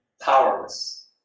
powerless